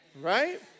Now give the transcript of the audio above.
Right